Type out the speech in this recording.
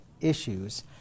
issues